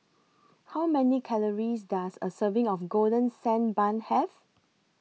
How Many Calories Does A Serving of Golden Sand Bun Have